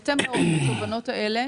בהתאם לתובנות האלה